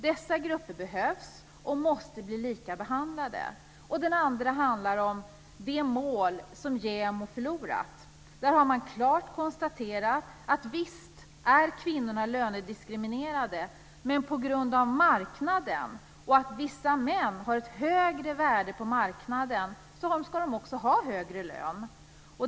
Dessa grupper behövs och måste bli lika behandlade. Den andra handlar om de mål som JämO förlorat. Där har man klart konstaterat att visst är kvinnorna lönediskriminerade, men på grund av marknaden och att vissa män har ett högre värde på marknaden ska de också ha en högre lön.